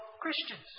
Christians